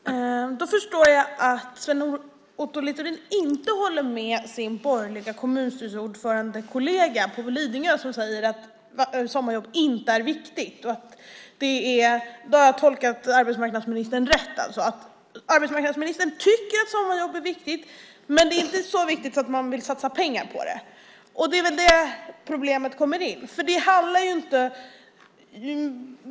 Fru talman! Då förstår jag att Sven Otto Littorin inte håller med sin borgerliga kommunstyrelseordförandekollega på Lidingö som säger att sommarjobb inte är viktigt och att jag har tolkat arbetsmarknadsministern rätt, att han tycker att sommarjobb är viktigt men inte så viktigt att man vill satsa pengar på det. Det är väl där problemet kommer in.